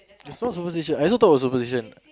it's not superstitious I also thought was superstition